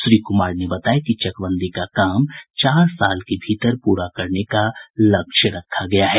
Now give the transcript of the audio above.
श्री कुमार ने बताया कि चकबंदी का काम चार साल के भीतर पूरा करने का लक्ष्य निर्धारित किया गया है